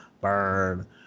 burn